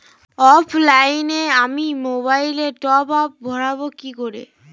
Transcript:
অফলাইনে আমি মোবাইলে টপআপ ভরাবো কি করে?